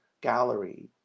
Gallery